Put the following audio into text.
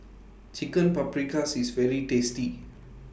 Chicken Paprikas IS very tasty